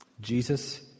Jesus